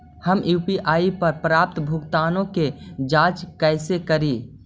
हम यु.पी.आई पर प्राप्त भुगतानों के जांच कैसे करी?